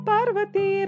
Parvati